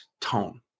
Tone